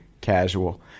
casual